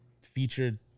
featured